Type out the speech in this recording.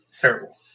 Terrible